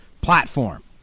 platform